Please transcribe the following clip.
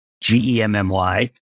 G-E-M-M-Y